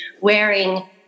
wearing